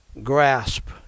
grasp